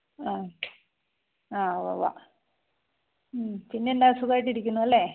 ആ ആ ഉവ ഉവാ പിന്നെന്താണ് സുഖമായിട്ടിരിക്കുന്നു അല്ലേ